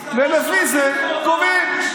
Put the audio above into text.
ולפי זה קובעים.